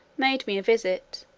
made me a visit,